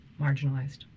marginalized